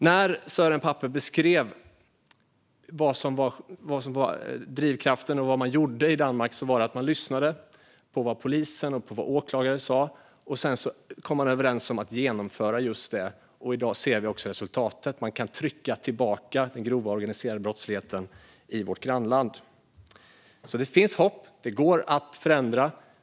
När Søren Pape beskrev vad som var drivkraften och vad man gjorde i Danmark var det att man lyssnade på vad polisen och åklagaren sa och sedan kom man överens om att genomföra just det. I dag ser vi också resultatet: Man kan trycka tillbaka den grova organiserade brottsligheten i vårt grannland. Det finns alltså hopp. Det går att förändra.